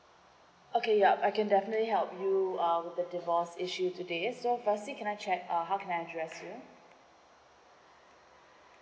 okay yup I can definitely help you uh with the divorce issue today so firstly can I check uh how can I address you